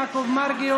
יעקב מרגי,